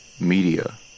Media